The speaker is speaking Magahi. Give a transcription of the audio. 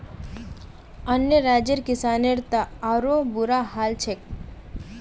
अन्य राज्यर किसानेर त आरोह बुरा हाल छेक